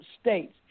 states